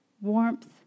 warmth